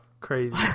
Crazy